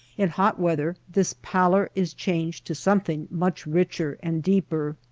in hot weather this pallor is changed to something much richer and deeper.